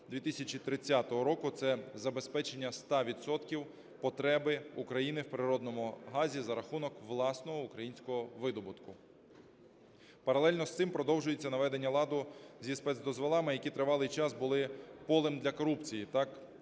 2030 року, – це забезпечення 100 відсотків потреби України в природному газі за рахунок власного українського видобутку. Паралельно з цим продовжується наведення ладу зі спецдозволами, які тривалий час були полем для корупції